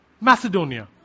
Macedonia